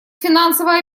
финансовое